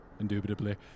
Indubitably